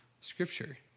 scripture